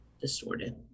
distorted